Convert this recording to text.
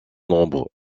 nombres